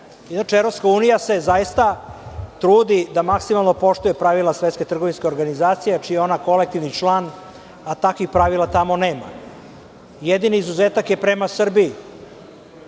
stvari. Evropska unija se zaista trudi da maksimalno poštuje pravila Svetske trgovinske organizacije, čiji je ona kolektivni član, a takvih pravila tamo nema. Jedini izuzetak je prema Srbiji.